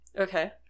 okay